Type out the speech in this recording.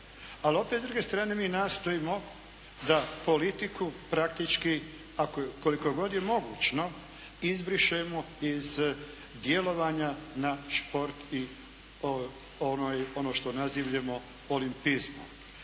Ali opet s druge strane mi nastojimo da politiku praktički ako, koliko god je mogućno izbrišemo iz djelovanja na šport i ono što nazivljemo olimpizmom.